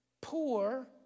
poor